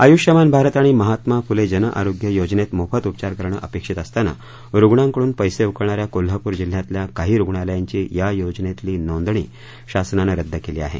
आयुष्यमान भारत आणि महात्मा फुले जनआरोग्य योजनेत मोफत उपचार करणं अपेक्षित असताना रुग्णांकडून पैसे उकळणाऱ्या कोल्हापूर जिल्ह्यातल्या काही रुग्णालयांची या योजनेतली नोंदणी शासनाननं रद्द केली आहे